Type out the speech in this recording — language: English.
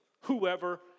whoever